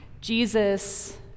Jesus